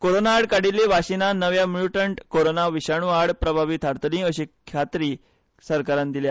कोरोना आड काडिल्ली वासिनां नव्या म्यूटंट कोरोना विशाणू आड प्रभावी थारतलीं अशी खात्री सरकारान दिल्या